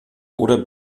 oder